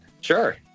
Sure